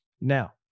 Now